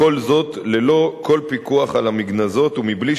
וכל זאת ללא כל פיקוח על המגנזות ובלי